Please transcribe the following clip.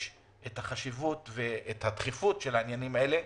את החשיבות ואת הדחיפות של העניינים האלה.